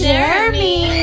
Jeremy